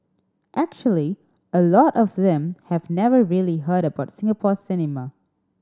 actually a lot of them have never really heard about Singapore cinema